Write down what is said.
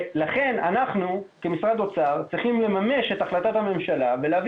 ולכן אנחנו כמשרד האוצר צריכים לממש את החלטת הממשלה ולהביא